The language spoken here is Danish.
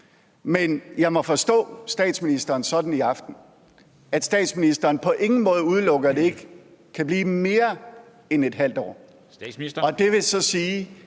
Men jeg må forstå statsministeren sådan i aften, at statsministeren på ingen måde udelukker, at det kan blive mere end ½ år,